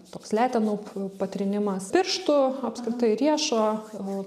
toks letenų patrynimas pirštų apskritai riešo